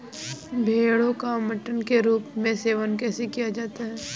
भेड़ो का मटन के रूप में सेवन किया जाता है